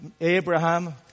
Abraham